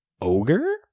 Ogre